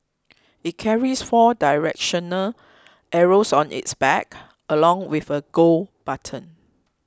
it carries four directional arrows on its back along with a Go button